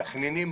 מתכננים,